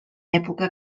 època